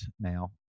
now